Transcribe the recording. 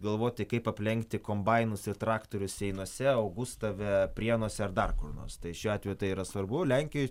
galvot tai kaip aplenkti kombainus ir traktorius seinuose augustave prienuose ar dar kur nors tai šiuo atveju tai yra svarbu lenkijoj